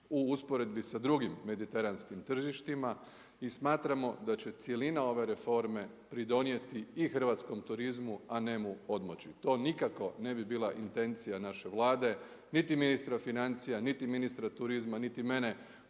u usporedbi sa drugim mediteranskim tržištima i smatramo da će cjelina ove reforme pridonijeti i hrvatskom turizmu, a ne mu odmoći. To nikako ne bi bila intencija naše Vlade, niti ministra financija, niti ministra turizma, niti mene